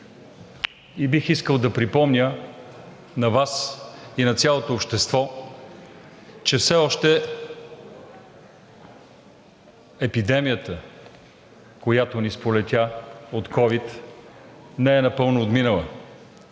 и бих искал да припомня на Вас и на цялото общество, че все още епидемията, която ни сполетя от ковид, не е напълно отминала.